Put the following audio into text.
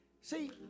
See